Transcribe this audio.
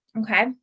Okay